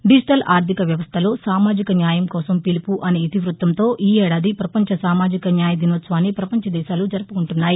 digital ఆర్దిక వ్యవస్దలో సామాజిక న్యాయం కోసం పిలుపు అనే ఇతివృత్తంతో ఈ ఏడాది పపంచ సామాజిక న్యాయ దినోత్సవాన్ని పపంచ దేశాలు జరుపు కొంటున్నాయి